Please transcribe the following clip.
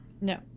No